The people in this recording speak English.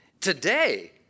Today